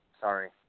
sorry